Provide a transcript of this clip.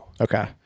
Okay